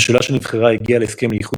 הממשלה שנבחרה הגיעה להסכם לאיחוד